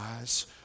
eyes